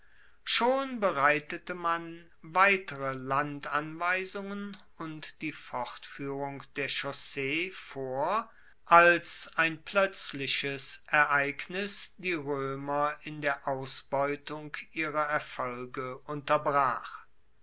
schon bereitete man weitere landanweisungen und die fortfuehrung der chaussee vor als ein ploetzliches ereignis die roemer in der ausbeutung ihrer erfolge unterbrach